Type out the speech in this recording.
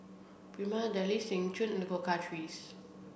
Prima Deli Seng Choon and the Cocoa Trees